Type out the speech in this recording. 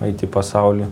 eit į pasaulį